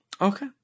Okay